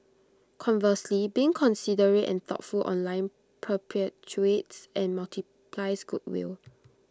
conversely being considerate and thoughtful online perpetuates and multiplies goodwill